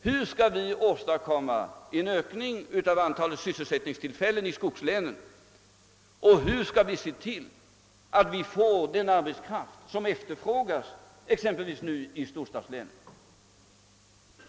Hur skall vi åstadkomma en ökning av antalet sysselsättningstillfällen i skogslänen och hur skall vi se till att storstadslänen får den arbetskraft som där efterfrågas?